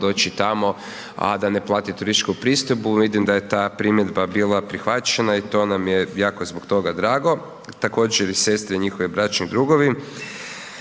doći tamo, a da ne plati turističku pristojbu. Vidim da je ta primjedba bila prihvaćena i to nam je, jako je zbog toga drago, također i sestre i njihovi bračni drugovi.